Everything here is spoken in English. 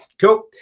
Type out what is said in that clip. cool